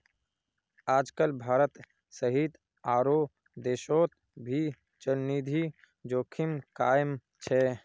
आजकल भारत सहित आरो देशोंत भी चलनिधि जोखिम कायम छे